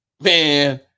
Man